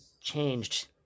changed